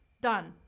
Done